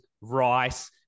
rice